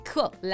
Cool